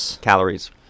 calories